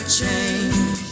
change